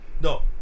no